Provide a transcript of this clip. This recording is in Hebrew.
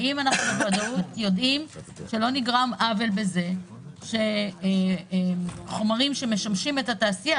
האם אנחנו יודעים שלא נגרם עוול בזה שחומרים שמשמשים את התעשייה,